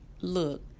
look